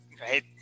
right